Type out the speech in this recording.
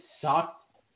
sucked